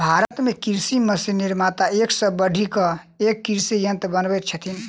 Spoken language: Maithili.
भारत मे कृषि मशीन निर्माता एक सॅ बढ़ि क एक कृषि यंत्र बनबैत छथि